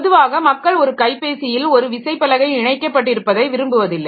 பொதுவாக மக்கள் ஒரு கைப்பேசியில் ஒரு விசைப்பலகை இணைக்கப்பட்டிருப்பதை விரும்புவதில்லை